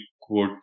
quote